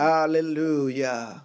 Hallelujah